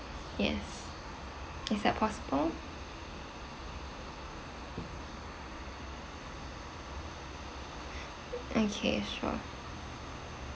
yes is that possible okay sure